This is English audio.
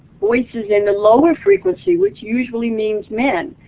voices in the lower frequency, which usually means men.